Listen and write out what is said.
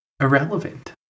irrelevant